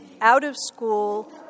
out-of-school